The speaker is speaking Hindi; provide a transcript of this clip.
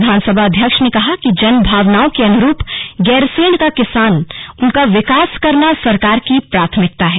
विधानसभा अध्यक्ष ने कहा कि जन भावनाओं के अनुरूप गैरसैंण का विकास करना सरकार की प्राथमिकता है